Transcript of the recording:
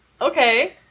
Okay